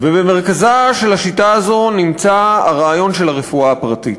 ובמרכזה של השיטה הזו נמצא הרעיון של הרפואה הפרטית,